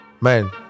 man